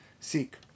seek